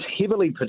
heavily